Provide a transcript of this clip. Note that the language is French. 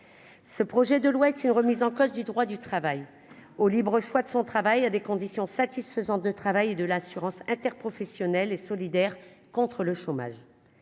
Ce projet de loi est une remise en cause du droit du travail au libre choix de son travail à des conditions satisfaisantes de travail et de l'assurance interprofessionnel et solidaire contre le chômage,